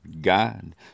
God